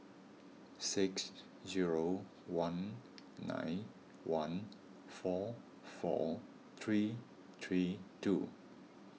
six zero one nine one four four three three two